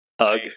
hug